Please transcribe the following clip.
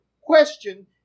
question